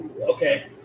okay